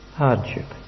hardship